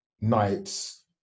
nights